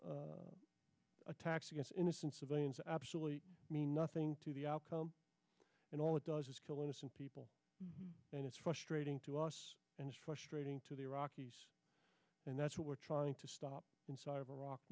these attacks against innocent civilians absolutely mean nothing to the outcome and all it does is kill innocent people and it's frustrating to us and it's frustrating to the iraqis and that's what we're trying to stop inside of iraq